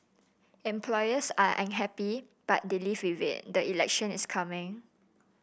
employers are unhappy but they live with it the election is coming